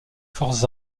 forces